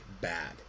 bad